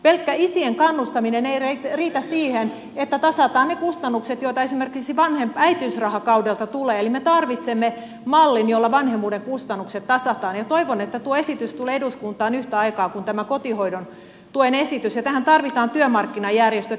pelkkä isien kannustaminen ei riitä siihen että tasataan ne kustannukset joita esimerkiksi äitiysrahakaudelta tulee eli me tarvitsemme mallin jolla vanhemmuuden kustannukset tasataan ja toivon että tuo esitys tulee eduskuntaan yhtä aikaa kuin tämä kotihoidon tuen esitys ja tähän tarvitaan työmarkkinajärjestöt